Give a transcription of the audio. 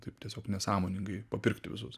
taip tiesiog nesąmoningai papirkti visus